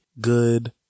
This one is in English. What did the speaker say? good